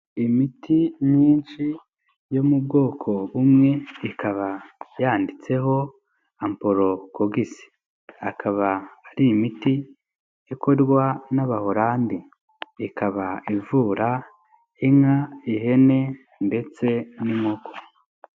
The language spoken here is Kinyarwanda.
Imiti myinshi yo mu bwoko bumwe, ikaba yanditseho ampolokogisi, akaba ari imiti ikorwa n'Abaholandi, ikaba ivura inka, ihene ndetse n'inkoko.